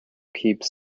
keeps